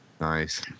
nice